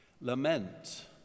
Lament